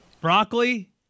Broccoli